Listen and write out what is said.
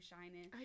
shining